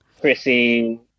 Chrissy